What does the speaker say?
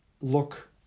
look